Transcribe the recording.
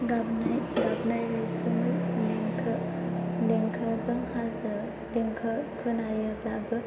गाबनाय रैसुमै देंखो देंखोजों हाजो देंखो खोनायोब्लाबो